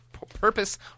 purpose